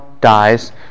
dies